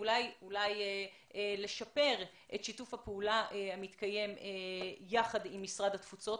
אולי לשפר את שיתוף הפעולה המתקיים יחד עם משרד התפוצות.